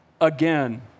again